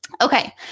Okay